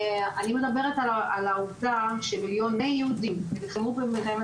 אני מדברת על העובדה שמיליוני יהודים נלחמו במלחמת